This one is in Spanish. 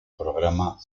programa